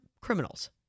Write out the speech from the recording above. criminals